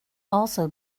also